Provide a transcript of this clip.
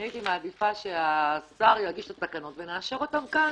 הייתי מעדיפה שהשר יגיש את התקנות ונאשר אותן כאן.